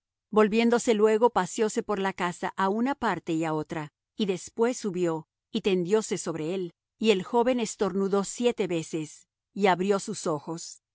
volviéndose luego paséose por la casa á una parte y á otra y después subió y tendióse sobre él y el joven estornudó siete veces y abrió sus ojos